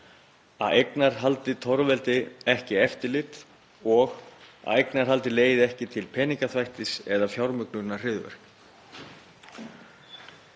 að eignarhaldið torveldi ekki eftirlit og að eignarhaldið leiði ekki til peningaþvættis eða fjármögnunar hryðjuverka.